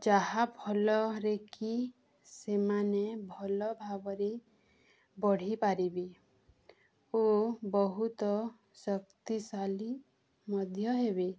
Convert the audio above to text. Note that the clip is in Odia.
ଯାହାଫଳରେ କି ସେମାନେ ଭଲ ଭାବରେ ବଢ଼ିପାରିବେ ଓ ବହୁତ ଶକ୍ତିଶଳୀ ମଧ୍ୟ ହେବେ